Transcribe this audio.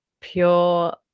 pure